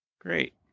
Great